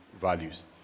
values